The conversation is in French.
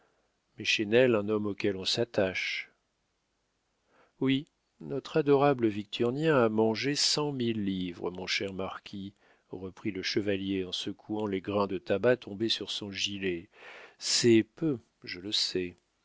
mais chesnel un homme auquel on s'attache oui notre adorable victurnien a mangé cent mille livres mon cher marquis reprit le chevalier en secouant les grains de tabac tombés sur son gilet c'est peu je le sais